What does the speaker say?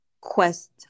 quest